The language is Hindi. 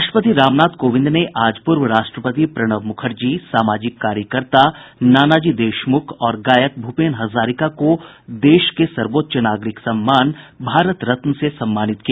राष्ट्रपति रामनाथ कोविंद ने आज पूर्व राष्ट्रपति प्रणब मुखर्जी सामाजिक कार्यकर्ता नानाजी देशमुख और गायक भूपेन हजारिका को देश के सर्वोच्च नागरिक सम्मान भारत रत्न से सम्मानित किया